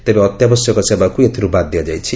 ତେବେ ଅତ୍ୟାବଶ୍ୟକ ସେବାକୁ ଏଥିରୁ ବାଦ୍ ଦିଆଯାଇଛି